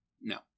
No